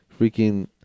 freaking